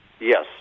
Yes